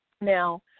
Now